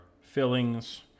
fillings